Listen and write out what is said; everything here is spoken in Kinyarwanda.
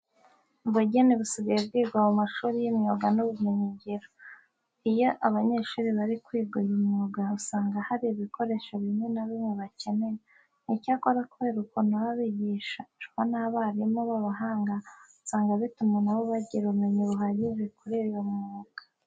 Ubugeni busigaye bwigwa mu mashuri y'imyuga n'ubumenyingiro. Iyo abanyeshuri bari kwiga uyu mwuga usanga hari ibikoresho bimwe na bimwe bakenera. Icyakora kubera ukuntu baba bigishwa n'abarimu b'abahanga usanga bituma na bo bagira ubumenyi buhagije kuri uyu mwuga.